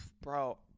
bro